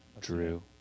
Drew